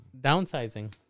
Downsizing